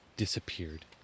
disappeared